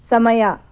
ಸಮಯ